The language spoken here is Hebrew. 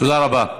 תודה רבה.